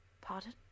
Pardon